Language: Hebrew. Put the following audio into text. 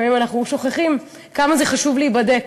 לפעמים אנחנו שוכחים כמה זה חשוב להיבדק.